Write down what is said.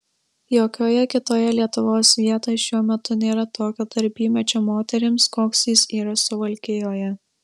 jokioje kitoje lietuvos vietoj šiuo metu nėra tokio darbymečio moterims koks jis yra suvalkijoje